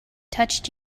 touched